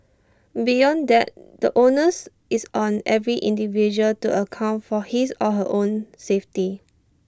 beyond that the onus is on every individual to account for his or her own safety